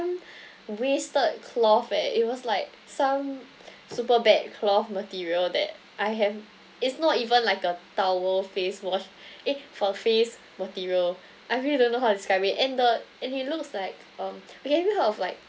some wasted cloth eh it was like some super bad cloth material that I have it's not even like a towel face wash eh for face material I really don't know how to describe it and the and it looks like um okay have you heard of like